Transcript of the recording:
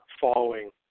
following